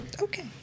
Okay